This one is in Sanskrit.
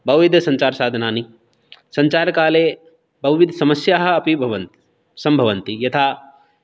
बहुविधसञ्चारसाधनानि सञ्चारकाले बहुविधसमस्याः अपि भवन्ति सम्भवन्ति यथा